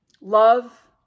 love